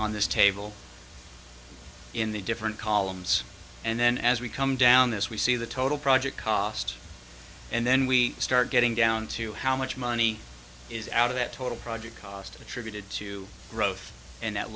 on this table in the different columns and then as we come down this we see the total project cost and then we start getting down to how much money is out of that total project cost attributed to growth and that